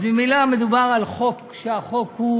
אז ממילא מדובר על חוק, החוק הוא